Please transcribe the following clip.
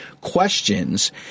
questions